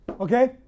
Okay